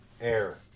Air